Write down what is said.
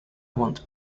want